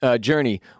journey